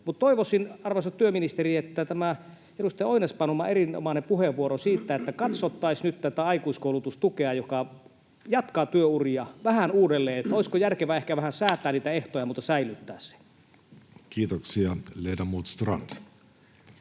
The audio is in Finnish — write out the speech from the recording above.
toivoisin, arvoisa työministeri, että tämä edustaja Oinas-Panuman erinomainen puheenvuoro siitä, että katsottaisiin vähän uudelleen nyt tätä aikuiskoulutustukea, joka jatkaa työuria, että olisiko järkevää ehkä vähän säätää niitä ehtoja, mutta säilyttää se? Kiitoksia. — Ledamot Strand.